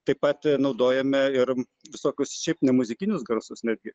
taip pat naudojame ir visokius šiaip nemuzikinius garsus nagi